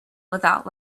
without